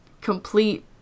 complete